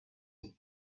است